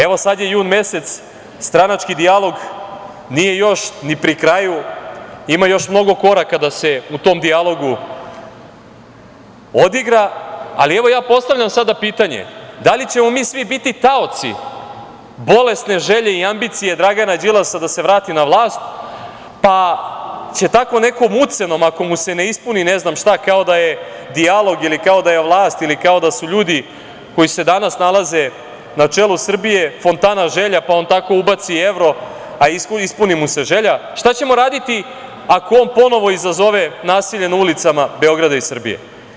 Evo, sad je jun mesec, stranački dijalog nije još ni pri kraju, ima još mnogo koraka da se u tom dijalogu odigra, ali evo ja postavljam sada pitanje - da li ćemo svi mi biti taoci bolesne želje i ambicije Dragana Đilasa da se vrati na vlast, pa će tako nekom ucenom, ako mu se ne ispuni ne znam šta, kao da je dijalog ili kao da je vlast ili kao da su ljudi koji se danas nalaze na čelu Srbije fontana želja, pa on tako ubaci evro, a ispuni mu se želja, šta ćemo raditi ako on ponovo izazove nasilje na ulicama Beograda i Srbije?